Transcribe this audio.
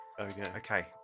Okay